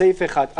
בסעיף 1,